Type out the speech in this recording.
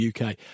UK